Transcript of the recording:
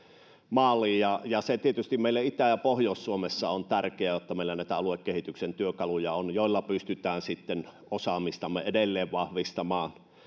maaliin meille itä ja pohjois suomessa on tietysti tärkeää että meillä on näitä aluekehityksen työkaluja joilla pystytään sitten osaamistamme edelleen vahvistamaan